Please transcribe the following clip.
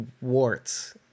warts